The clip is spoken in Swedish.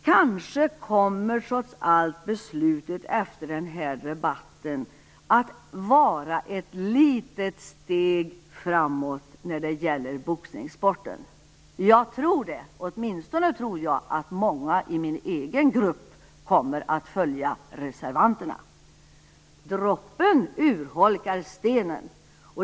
Kanske kommer trots allt beslutet efter denna debatt att innebära ett litet steg framåt när det gäller boxningssporten. Åtminstone tror jag att många i min egen grupp kommer att följa reservanterna. Droppen urholkar stenen.